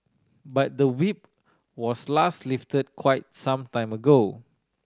but the Whip was last lifted quite some time ago